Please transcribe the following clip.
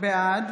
בעד